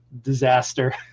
disaster